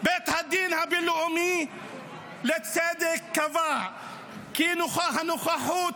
בית הדין הבין-לאומי לצדק קבע כי הנוכחות